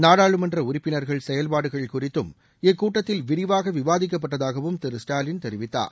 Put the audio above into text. நாடாளுமன்ற உறப்பினர்கள் செயல்பாடுகள் குறித்தும் இக்கூட்டத்தில் விரிவாக விவாதிக்கப்பட்டதாகவும் திரு ஸ்டாலின் தெரிவித்தார்